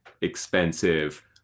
expensive